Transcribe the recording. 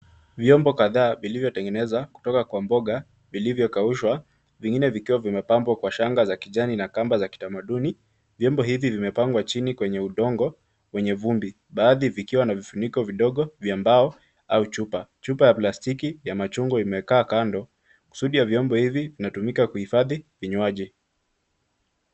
Vyombo kadhaa vilivyotengenezwa kutoka kwa mboga vilivyokaushwa, vingine vikiwa vimepambwa kwa shanga za kijani na kamba za kitamaduni. Vyombo hivi vimepangwa chini kwenye udongo wenye vumbi, baadhi vikiwa na vifuniko vidogo vya mbao au chupa. Chupa ya plastiki ya machungwa imekaa kando, kusudi ya vyombo hizi vinatumika kuhifadhi vinywaji.